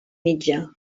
mitjà